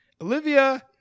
olivia